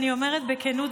אני אומרת בכנות,